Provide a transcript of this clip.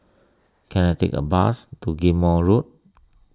can I take a bus to Ghim Moh Road